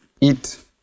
Eat